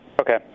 Okay